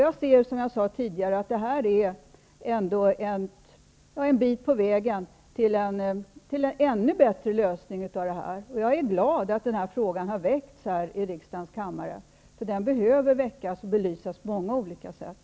Jag ser, som jag sade tidigare, att det justitieutskottet nu föreslår ändå är en bit på vägen mot en ännu bättre lösning. Jag är glad att den här frågan har kommit upp i riksdagen, för den behöver väckas och belysas på många olika sätt.